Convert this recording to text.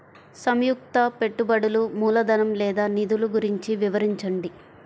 సంయుక్త పెట్టుబడులు మూలధనం లేదా నిధులు గురించి వివరించండి?